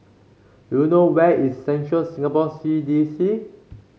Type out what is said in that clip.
do you know where is Central Singapore C D C